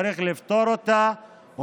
צריך לפתור אותה.